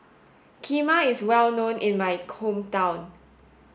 Kheema is well known in my hometown